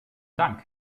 dank